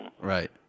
Right